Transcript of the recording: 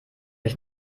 ich